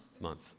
month